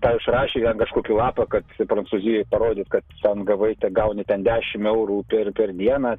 tau išrašė ten kažkokį lapą kad prancūzijoj parodyt kad ten gavai ten gauni ten dešim eurų per per dieną